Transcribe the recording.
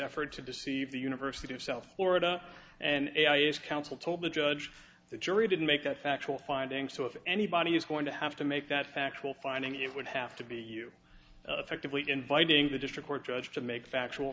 effort to deceive the university of south florida and i as counsel told the judge the jury didn't make that factual findings so if anybody is going to have to make that factual finding it would have to be you affectively inviting the district court judge to make factual